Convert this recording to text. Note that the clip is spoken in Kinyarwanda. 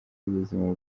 y’ubuzima